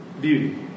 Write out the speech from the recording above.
beauty